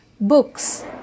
books